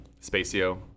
Spacio